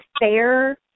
fair